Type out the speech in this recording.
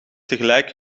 tegelijk